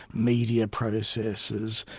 media processes,